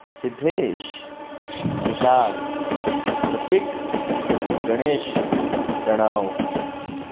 Siddhesh Vishal Prateek Ganesh Pranab